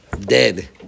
Dead